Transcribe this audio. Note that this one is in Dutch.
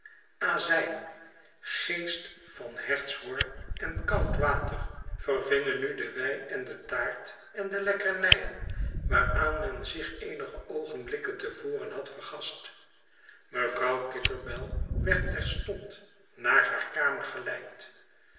azijn geest van hertshoorn en koud water vervingen nu den wijn en de taart en de lekkernijen waaraan men zich eenige oogenblikken te voren had vergast mevrouw kitterbell werd terstond naar haar kamer